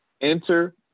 enter